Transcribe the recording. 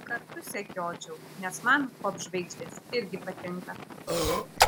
kartu sekiočiau nes man popžvaigždės irgi patinka